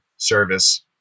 service